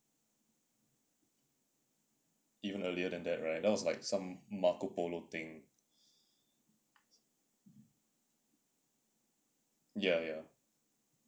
even earlier than that right that was like some marco polo thing ya ya